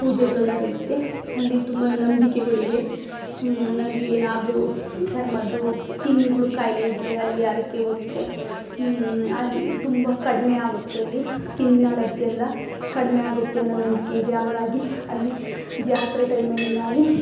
ಪೂಜೆಗಳು ನಡೆಯುತ್ತೆ ಅಲ್ಲಿ ತುಂಬ ನಂಬಿಕೆಗಳಿವೆ ನಮಗೇನಾದರು ಚರ್ಮದ್ದು ಸ್ಕಿನ್ಗಳ ಕಾಯಿಲೆ ಇದ್ರೆ ಅಲ್ಲಿ ಹರಕೆ ಹೊತ್ರೆ ಅಲ್ಲಿ ತುಂಬ ಕಡಿಮೆಯಾಗುತ್ತೆ ಅಲ್ಲಿ ಸ್ಕಿನ್ ಅಲರ್ಜಿಯೆಲ್ಲ ಕಡಿಮೆ ಆಗುತ್ತೆ ಅನ್ನೋ ನಂಬಿಕೆಯಿದೆ ಹಂಗಾಗಿ ಅಲ್ಲಿ ಜಾತ್ರೆ ಟೈಮಲ್ಲಿ ನಾವು